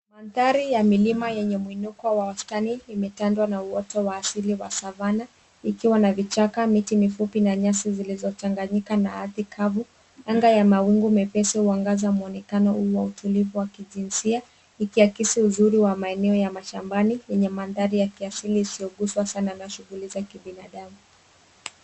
Mandhari ya milima yenye muinuko wa wastani imetandwa na woto wa asili wa savana ikiwa na vichaka, miti mifupi na nyasi zilizochanganyika na ardhi kavu. Anga ya mawingu mepesi huangaza mwonekanao huo wa utulivu wa kijinsia ukiakisi uzuri wa maeneo ya mashambani yenye mandhariya kiasili isioguswa sana na shughuli za kibinadamu.